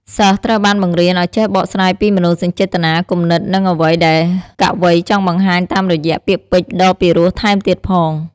សិស្សត្រូវបានបង្រៀនឱ្យចេះបកស្រាយពីមនោសញ្ចេតនា គំនិត និងអ្វីដែលកវីចង់បង្ហាញតាមរយៈពាក្យពេចន៍ដ៏ពីរោះថែមទៀតផង។